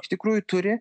iš tikrųjų turi